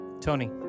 Tony